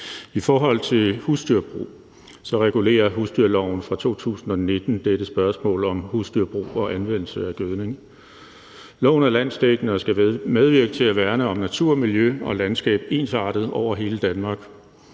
I forhold til husdyrbrug regulerer husdyrloven fra 2019 dette spørgsmål om husdyrbrug og anvendelse af gødning. Loven er landsdækkende og skal medvirke til at værne om natur, miljø og landskab ensartet over hele Danmark.